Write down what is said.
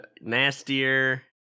nastier